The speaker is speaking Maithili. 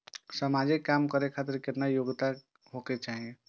समाजिक काम करें खातिर केतना योग्यता होके चाही?